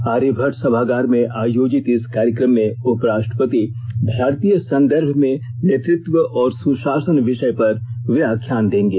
आर्यभट्ट सभागार में आयोजित इस कार्यक्रम में उपराष्ट्रपति भारतीय संदर्भ में नेतृत्व और सुषासन विषय पर व्याख्यान देंगे